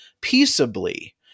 peaceably